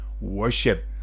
worship